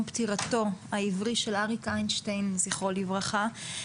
פטירתו העברי של אריק איינשטיין זכרו לברכה,